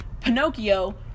pinocchio